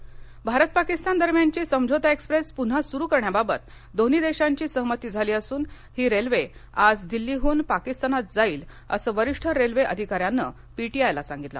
समझोता एक्स भारत पाकिस्तान दरम्यानची समझोता एक्सप्रेस पुन्हा सुरू करण्याबाबत दोन्ही देशांची सहमती झाली असून ही रेल्वे आज दिल्लीहून पाकिस्तानात जाईल असं वरिष्ठ रेल्वे अधिका यानं पीटीआयला सांगितलं